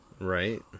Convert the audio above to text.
Right